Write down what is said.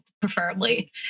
preferably